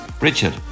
Richard